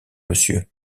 monsieur